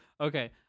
Okay